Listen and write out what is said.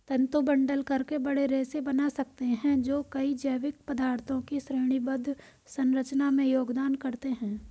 तंतु बंडल करके बड़े रेशे बना सकते हैं जो कई जैविक पदार्थों की श्रेणीबद्ध संरचना में योगदान करते हैं